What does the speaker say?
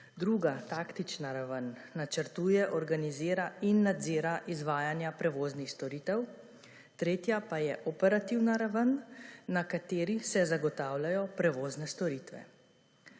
druga taktična raven načrtuje, organizira in nadzira izvajanja prevoznih storitev, tretja pa je operativna raven, na kateri se zagotavljajo prevozne storitve.